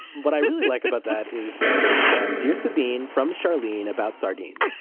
what i really like about that is that it's um dear sabine from charlene about sardines